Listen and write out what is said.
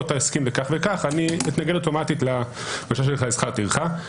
יהיה הסכם כך וכך הוא יתנגד אוטומטית לבקשה לשכר הטרחה.